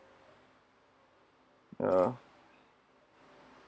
ya